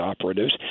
operatives